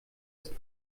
ist